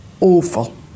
awful